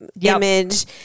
image